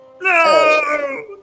No